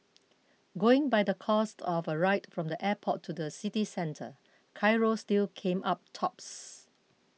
going by the cost of a ride from the airport to the city centre Cairo still came up tops